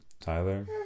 Tyler